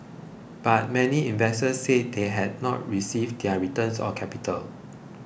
but many investors said they have not received their returns or capital